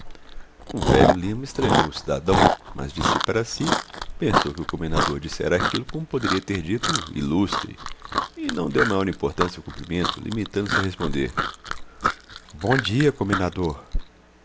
o velho lima estranhou o cidadão mas de si para si pensou que o comendador dissera aquilo como poderia ter dito ilustre e não deu maior importância ao cumprimento limitando-se a responder bom dia comendador